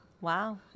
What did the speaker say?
wow